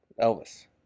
Elvis